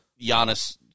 Giannis